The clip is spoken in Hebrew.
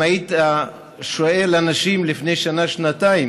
אם היית שואל אנשים לפני שנה-שנתיים